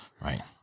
Right